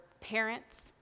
parents